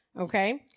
Okay